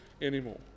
anymore